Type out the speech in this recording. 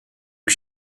que